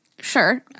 Sure